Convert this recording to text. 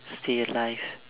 stay alive